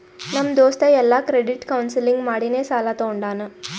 ನಮ್ ದೋಸ್ತ ಎಲ್ಲಾ ಕ್ರೆಡಿಟ್ ಕೌನ್ಸಲಿಂಗ್ ಮಾಡಿನೇ ಸಾಲಾ ತೊಂಡಾನ